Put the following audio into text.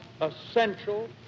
essential